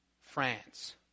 France